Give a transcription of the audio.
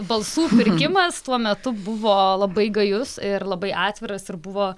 balsų pirkimas tuo metu buvo labai gajus ir labai atviras ir buvo